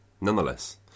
Nonetheless